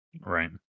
Right